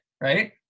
right